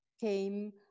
came